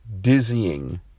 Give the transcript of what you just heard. dizzying